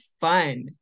fun